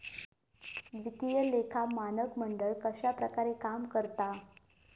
वित्तीय लेखा मानक मंडळ कश्या प्रकारे काम करता?